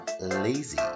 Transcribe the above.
lazy